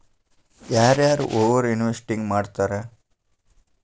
ಯಾರ ಯಾರ over investing ಮಾಡ್ತಾರಾ